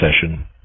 session